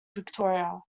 victoria